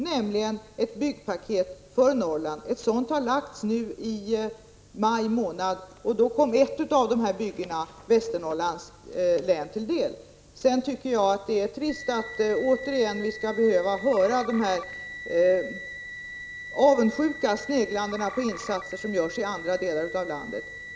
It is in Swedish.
I maj månad lade vi nämligen fram ett byggpaket för Norrland. Ett av dessa byggen kommer Västernorrlands län till del. 89 Det är trist att åter behöva konstatera det avundsjuka sneglandet på insatser som görs i andra delar av landet.